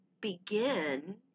begin